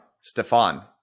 Stefan